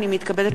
נגד,